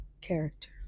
character